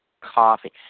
coffee